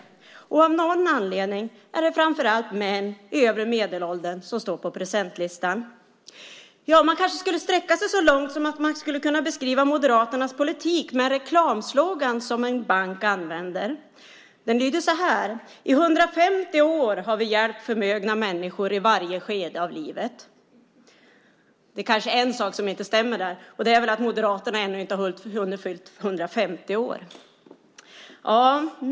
Av någon anledning är det framför allt män i övre medelåldern som står på presentlistan. Man kanske skulle sträcka sig så långt som att beskriva Moderaternas politik med en reklamslogan som en bank använder. Den lyder så här: "I 150 år har vi hjälpt förmögna människor i varje skede av livet." Det kanske är en sak som inte stämmer där, och det är väl att Moderaterna ännu inte har hunnit fylla 150 år.